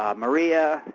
um maria,